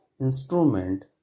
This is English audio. instrument